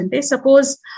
suppose